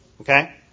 Okay